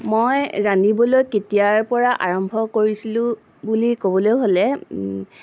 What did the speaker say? মই ৰান্ধিবলৈ কেতিয়াৰ পৰা আৰম্ভ কৰিছিলোঁ বুলি ক'বলৈ হ'লে